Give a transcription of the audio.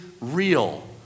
real